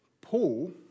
Paul